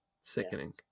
sickening